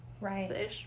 Right